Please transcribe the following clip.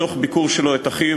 בתוך ביקור שלו את אחיו,